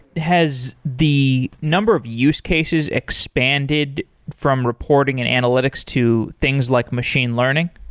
has the number of use cases expanded from reporting and analytics to things like machine learning?